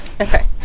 Okay